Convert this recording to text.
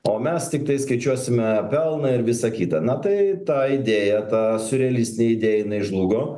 o mes tiktai skaičiuosime pelną ir visa kita na tai ta idėja ta siurrealistinė idėja jinai žlugo